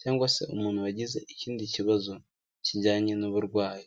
cyangwa se umuntu wagize ikindi kibazo kijyanye n'uburwayi.